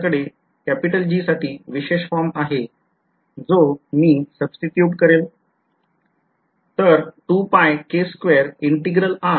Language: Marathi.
माझ्याकडे G साठी विशेष फॉर्म आहे जो मी सुब्स्टिटूट करेल